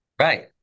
Right